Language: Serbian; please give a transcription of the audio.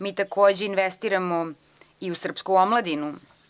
Mi takođe investiramo i u srpsku omladinu.